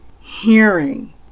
hearing